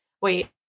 Wait